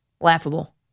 Laughable